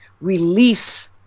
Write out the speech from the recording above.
release